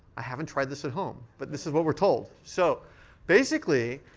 i haven't tried this at home. but this is what we're told. so basically,